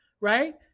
right